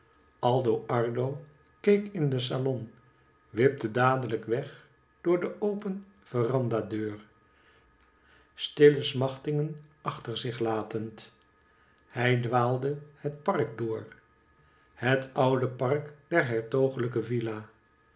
aldo ardo keek in den salon wipte dadelijk weg door de open verandah deur stiile smachtingen achter zich latend hij dwaalde het park door het oude park der hertogelijke villa